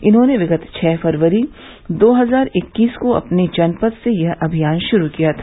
इन्होंने विगत छः फरवरी दो हजार इक्कीस को अपने जनपद से यह अमियान शुरू किया था